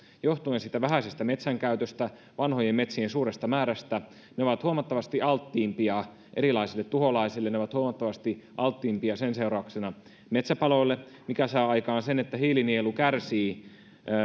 johtuen vähäisestä metsänkäytöstä vanhojen metsien suuresta määrästä verrattuna suomalaisiin tai ruotsalaisiin hyvinhoidettuihin talousmetsiin ne ovat huomattavasti alttiimpia erilaisille tuholaisille ja ne ovat huomattavasti alttiimpia sen seurauksena metsäpaloille mikä saa aikaan sen että hiilinielu kärsii